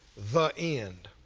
the end.